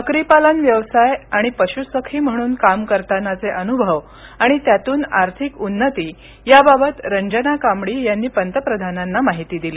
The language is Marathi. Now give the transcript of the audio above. बकरी पालन व्यवसाय आणि पश्सखी म्हणून काम करतानाचे अनुभव आणि त्यातून आर्थिक उन्नती याबाबत रंजना कामडी यांनी पंतप्रधानांना माहिती दिली